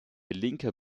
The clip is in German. linker